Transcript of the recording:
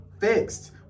fixed